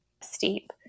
steep